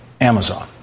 Amazon